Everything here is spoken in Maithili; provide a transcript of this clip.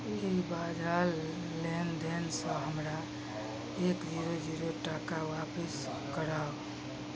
की बाझल लेनदेनसँ हमरा एक जीरो जीरो टाका वापिस कराउ